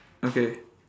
okay